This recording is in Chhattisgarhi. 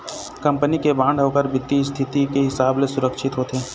कंपनी के बांड ओखर बित्तीय इस्थिति के हिसाब ले सुरक्छित होथे